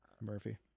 Murphy